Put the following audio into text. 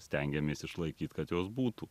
stengiamės išlaikyt kad jos būtų